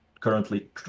currently